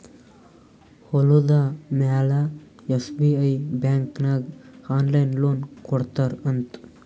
ಹೊಲುದ ಮ್ಯಾಲ SBI bank ನಾಗ್ ಆನ್ಲೈನ್ ಲೋನ್ ಕೊಡ್ತಾರ್ ಅಂತ್